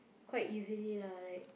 quite easily lah like